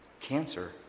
Cancer